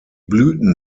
blüten